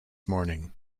morning